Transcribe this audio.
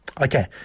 Okay